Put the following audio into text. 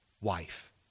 wife